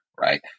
Right